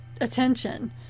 attention